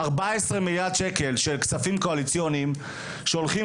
14 מיליארד שקלים של כספים קואליציוניים שהולכים